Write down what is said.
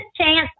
chance